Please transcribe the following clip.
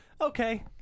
okay